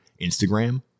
Instagram